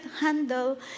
handle